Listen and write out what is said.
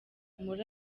muri